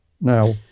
Now